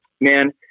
Man